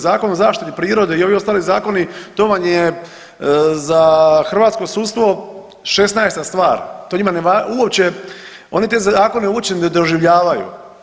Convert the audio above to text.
Zakon o zaštiti prirode i ovi ostali zakoni to vam je za hrvatsko sudstvo 16. stvar, to njima uopće, oni te zakone uopće ne doživljavaju.